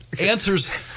Answer's